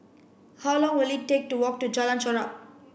how long will it take to walk to Jalan Chorak